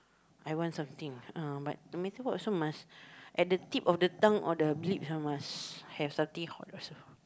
I want something uh but no matter what also must at the tip of the tongue or the lips ah must have something hot also